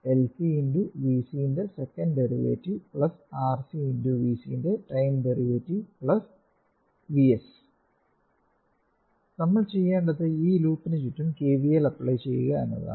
L C x ൻറെ second derivative RC x ൻറെ time derivative V C V S നമ്മൾ ചെയ്യേണ്ടത് ഈ ലൂപ്പിന് ചുറ്റും KVL അപ്ലൈ ചെയ്യുക എന്നതാണ്